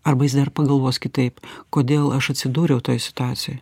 arba jis dar pagalvos kitaip kodėl aš atsidūriau toj situacijoj